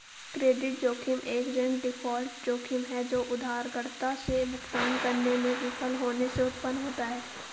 credit जोखिम एक ऋण डिफ़ॉल्ट जोखिम है जो उधारकर्ता से भुगतान करने में विफल होने से उत्पन्न होता है